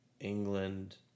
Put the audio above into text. England